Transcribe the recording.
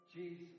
Jesus